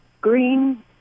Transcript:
green